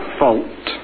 fault